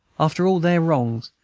after all their wrongs,